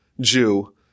Jew